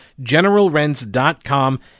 generalrents.com